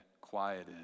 quieted